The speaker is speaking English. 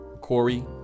Corey